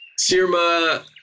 Sirma